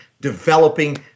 developing